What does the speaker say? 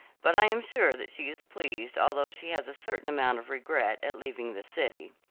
but i am sure that she is pleased, although she has a certain amount of regret at leaving the city.